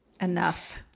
Enough